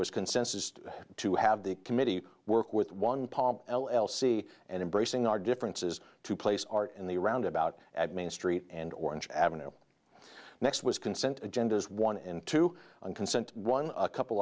was consensus to have the committee work with one paul l l c and embracing our differences to place art in the roundabout at main street and orange ave next was consent agenda is one and two on consent one a couple